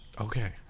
Okay